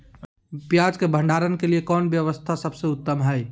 पियाज़ के भंडारण के लिए कौन व्यवस्था सबसे उत्तम है?